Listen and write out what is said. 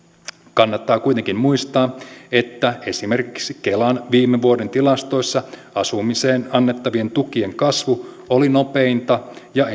kannattaa kuitenkin muistaa että esimerkiksi kelan viime vuoden tilastoissa asumiseen annettavien tukien kasvu oli nopeinta ja